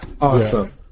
Awesome